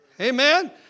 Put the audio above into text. Amen